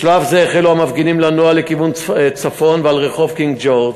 בשלב זה החלו המפגינים לנוע לכיוון צפון ועל רחוב קינג-ג'ורג',